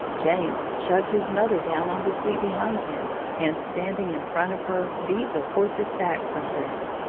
james shoved his mother down on the seat behind him, and standing in front of her, beat the horses back from them.